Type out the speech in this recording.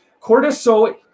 Cortisol